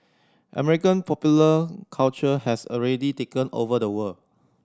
American popular culture has already taken over the world